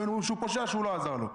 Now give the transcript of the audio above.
היו אומרים שהוא פושע שהוא לא עזר לו.